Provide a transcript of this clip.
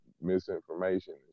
misinformation